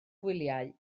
gwyliau